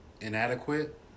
inadequate